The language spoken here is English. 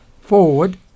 forward